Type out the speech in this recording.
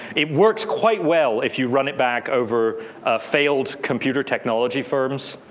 it works quite well if you run it back over failed computer technology firms.